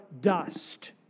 dust